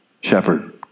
shepherd